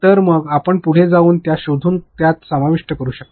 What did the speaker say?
तर मग आपण पुढे जाऊन त्यास शोधून त्यात समाविष्ट करू शकता